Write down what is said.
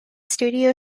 studio